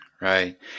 Right